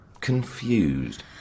confused